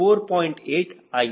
8 ಆಗಿರುತ್ತದೆ